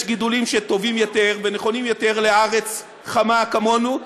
יש גידולים שטובים יותר ונכונים יותר לארץ חמה כמו שלנו,